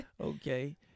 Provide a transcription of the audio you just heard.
okay